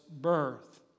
birth